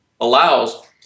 allows